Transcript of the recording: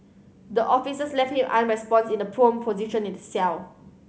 the officers left him unresponsive in the prone position in the cell